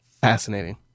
Fascinating